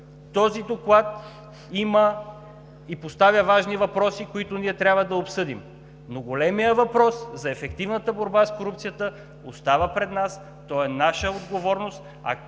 този доклад има и поставя важни въпроси, които ние трябва да обсъдим, но големият въпрос за ефективната борба с корупцията остава пред нас, той е наша отговорност.